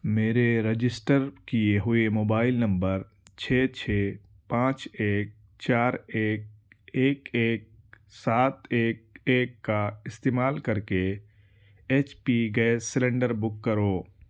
میرے رجسٹر کیے ہوئے موبائل نمبر چھ چھ پانچ ایک چار ایک ایک ایک سات ایک ایک کا استعمال کر کے H P gas cylinder book کرو